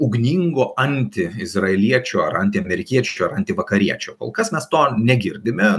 ugningo antiizraeliečio ar antiamerikiečio ar antivakariečio kol kas mes to negirdime